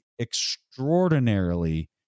Extraordinarily